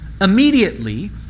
immediately